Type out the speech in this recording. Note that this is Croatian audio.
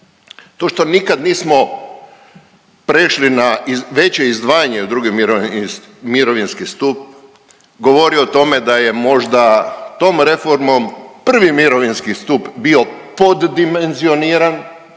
To što nikad nismo prešli na veće izdvajanje u drugi mirovinski stup govori o tome da je možda tom reformom prvi mirovinski stup bio poddimenzioniran